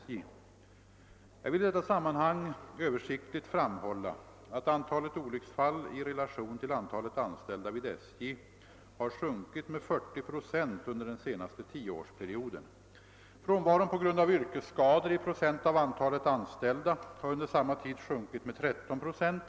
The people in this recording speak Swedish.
Jag vill i detta sammanhang översiktligt framhålla att antalet olycksfall i relation till antalet anställda vid SJ har sjunkit med 40 procent under den senaste tioårsperioden. Frånvaron på grund av yrkesskador i procent av antalet anställda har under samma tid sjunkit med 13 procent.